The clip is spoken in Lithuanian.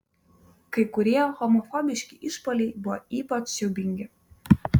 kai kurie homofobiški išpuoliai buvo ypač siaubingi